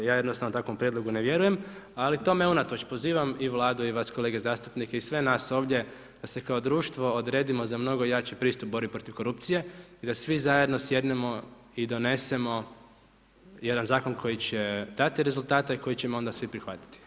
Ja jednostavno takvom prijedlogu ne vjerujem ali tome unatoč pozivam i Vladu i vas kolege zastupnike i sve nas ovdje da se kao društvo odredimo da mnogo jači pristup borbi protiv korupcije i da svi zajedno sjednemo i donesemo jedna zakon koji će dati rezultate, koji ćemo onda svi prihvatiti.